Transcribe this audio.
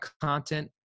content